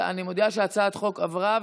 אני מודיעה שהצעת החוק עברה,